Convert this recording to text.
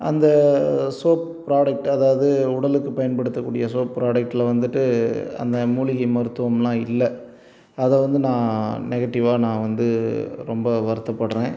அந்த soap product அதாவது உடலுக்கு பயன்படுத்தக்கூடிய சோப் ப்ராடெக்ட்டில் வந்துட்டு அந்த மூலிகை மருத்துவம்லாம் இல்லை அதை வந்து நான் நெகட்டிவாக நான் வந்து ரொம்ப வருத்தப்படுறேன்